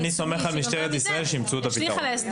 אני סומך על משטרת ישראל שתמצא את הפתרון.